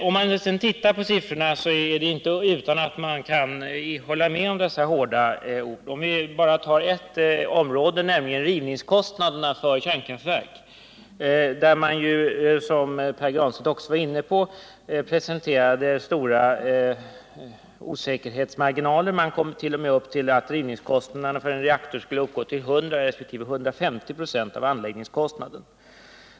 Om man sedan ser på siffrorna är det inte utan att man kan instämma i dessa hårda ord. Låt mig bara se på ett område, nämligen rivningskostnaderna för kärnkraftverk, där man, som också Pär Granstedt var inne på, presenterade stora osäkerhetsmarginaler. Man kom t.o.m. fram till att rivningskostnaderna för en reaktor skulle uppgå till 100 resp. 150 96 av anläggningskostnaden.